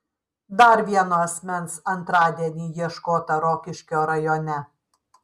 dar vieno asmens antradienį ieškota rokiškio rajone